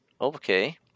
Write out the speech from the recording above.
okay